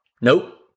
nope